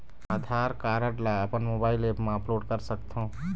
आधार card ला अपन mobile app मा अपलोड कर सकथों?